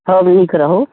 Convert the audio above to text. सभ नीक रहू